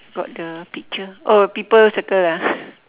got the picture oh people circle ah